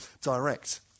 direct